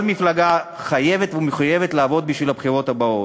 כל מפלגה חייבת ומחויבת לעבוד בשביל הבחירות הבאות,